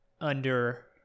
under-